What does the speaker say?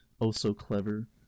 oh-so-clever